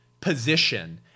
position